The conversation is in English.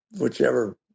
whichever